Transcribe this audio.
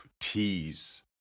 tease